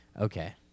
Okay